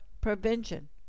prevention